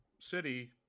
city